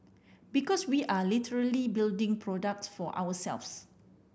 because we are literally building products for ourselves